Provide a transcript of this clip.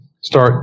start